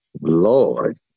Lord